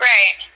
Right